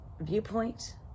viewpoint